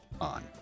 on